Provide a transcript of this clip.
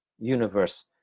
universe